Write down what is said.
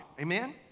Amen